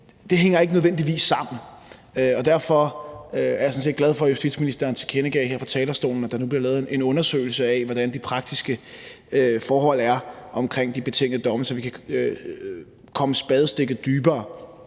det hænger ikke nødvendigvis sammen, og derfor er jeg sådan set glad for, at justitsministeren tilkendegav her fra talerstolen, at der nu bliver lavet en undersøgelse af, hvordan de praktiske forhold er i forbindelse med de betingede domme – så vi kan komme spadestikket dybere.